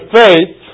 faith